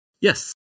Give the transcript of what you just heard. yes